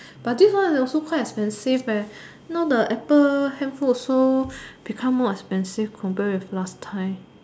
but this one also quite expensive eh now the apple handphone also become more expensive compare with last time